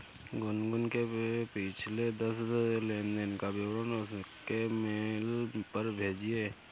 गुनगुन के पिछले दस लेनदेन का विवरण उसके मेल पर भेजिये